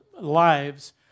lives